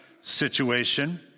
situation